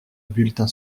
bulletin